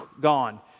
gone